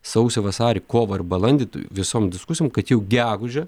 sausį vasarį kovą ir balandį visom diskusijų kad jau gegužę